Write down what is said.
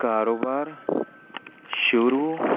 ਕਾਰੋਬਾਰ ਸ਼ੁਰੂ